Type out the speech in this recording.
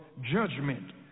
judgment